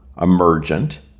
emergent